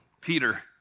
Peter